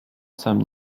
sam